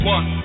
One